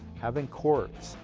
having courts,